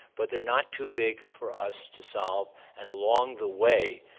but they're not too big for us to solve, and along the way,